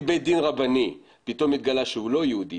בית הדין הרבני פתאום התגלה שהוא לא יהודי,